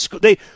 they-